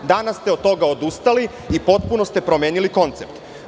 Danas ste od toga odustali i potpuno ste promenili koncept.